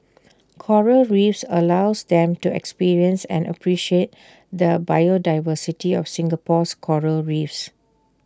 Coral reefs allows them to experience and appreciate the biodiversity of Singapore's Coral reefs